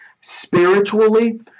spiritually